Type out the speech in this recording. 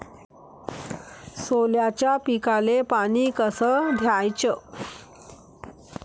सोल्याच्या पिकाले पानी कस द्याचं?